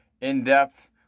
in-depth